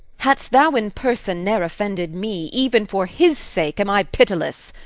hadst thou in person ne'er offended me, even for his sake am i pitiless.